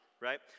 right